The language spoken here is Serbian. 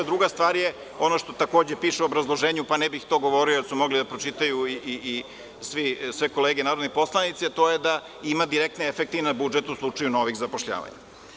Druga stvar je ono što takođe piše u obrazloženju, pa ne bih govorio, jer su mogle sve kolege da pročitaju, a to je da ima direktne efekte i na budžet u slučaju novih zapošljavanja.